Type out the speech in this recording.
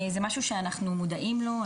זה משהו שאנחנו מודעים לו.